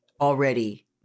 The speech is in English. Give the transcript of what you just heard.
already